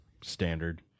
standard